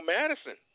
Madison